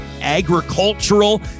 agricultural